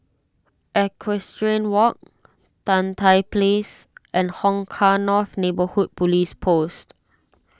Equestrian Walk Tan Tye Place and Hong Kah North Neighbourhood Police Post